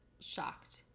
shocked